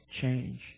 change